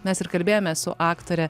mes ir kalbėjome su aktore